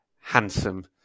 handsome